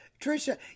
trisha